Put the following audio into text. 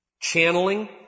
channeling